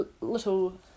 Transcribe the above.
little